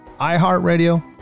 iHeartRadio